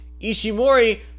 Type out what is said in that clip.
Ishimori